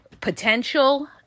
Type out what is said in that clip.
potential